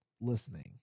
listening